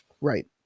Right